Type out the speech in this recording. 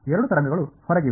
ಎರಡೂ ತರಂಗಗಳು ಹೊರಗಿವೆ